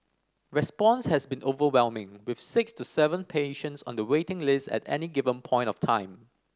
response has been overwhelming with six to seven patients on the waiting list at any given point of time